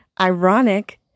ironic